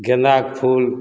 गेनाके फूल